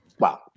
wow